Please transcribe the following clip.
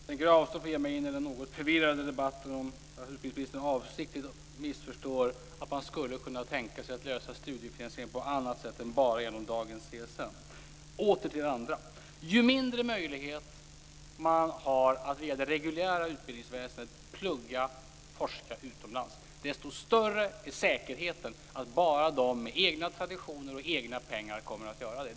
Fru talman! Jag tänker avstå från att ge mig in i den något förvirrade debatten om att utbildningsministern avsiktligt missförstår att man skulle kunna tänka sig att lösa studiefinansieringsfrågan på annat sätt än bara genom dagens CSN. Åter till det andra. Ju mindre möjlighet man har att via det reguljära utbildningsväsendet plugga och forska utomlands, desto större är säkerheten att bara de med egna traditioner och egna pengar kommer att göra det.